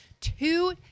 two